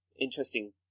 interesting